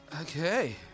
Okay